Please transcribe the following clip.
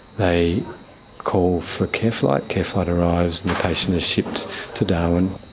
they call for careflight, careflight arrives and the patient is shipped to darwin.